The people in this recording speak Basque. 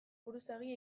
buruzagi